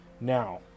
Now